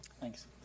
Thanks